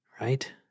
right